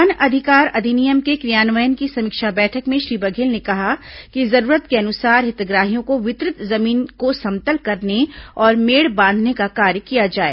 one अधिकार अधिनियम के क्रियान्वयन की समीक्षा बैठक में श्री बघेल ने कहा कि जरूरत के अनुसार हितग्राहियों को वितरित जमीन को समतल करने और मेड़ बांधने का कार्य किया जाए